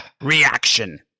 reaction